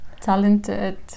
talented